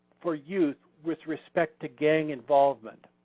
for youth with respect to gang involvement.